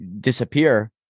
disappear